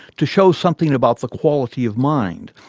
to show something about the quality of mind.